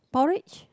porridge